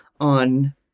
on